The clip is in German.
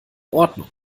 ordnung